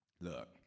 look